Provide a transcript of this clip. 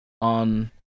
on